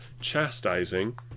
chastising